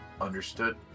Understood